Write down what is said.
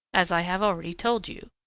as i have already told you,